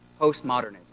postmodernism